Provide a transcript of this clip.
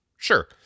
Sure